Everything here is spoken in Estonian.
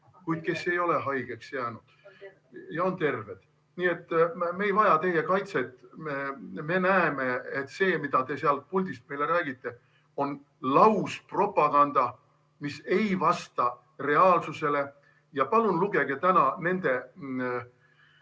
kuid kes ei ole haigeks jäänud ja on terved. Nii et me ei vaja teie kaitset. Me näeme, et see, mida te sealt puldist meile räägite, on lauspropaganda, mis ei vasta reaalsusele. Palun lugege täna kiirabi